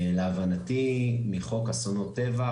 להבנתי מחוק אסונות טבע,